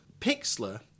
Pixlr